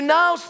now